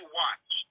watch